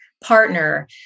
partner